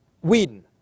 Whedon